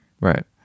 Right